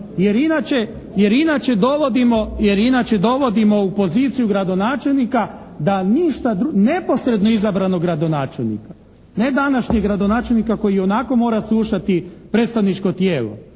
Jer inače dovodimo u poziciju gradonačelnika da ništa, neposredno izabranog gradonačelnika, ne današnjeg gradonačelnika koji ionako mora slušati predstavničko tijelo,